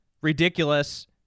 ridiculous